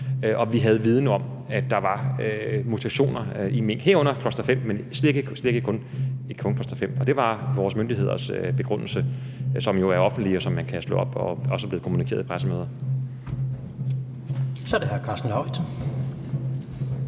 og vi havde viden om, at der var mutationer i mink, herunder cluster-5, men slet ikke kun cluster-5. Og det var vores myndigheders begrundelse, som jo er offentlig, og som man kan slå op, og som også er blevet kommunikeret i pressemøder. Kl. 16:07 Tredje